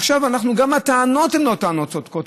עכשיו, גם הטענות הן לא טענות צודקות.